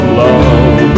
love